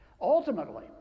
ultimately